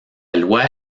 loi